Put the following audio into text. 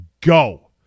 go